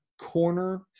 corner